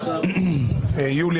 קודם